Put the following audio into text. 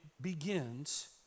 begins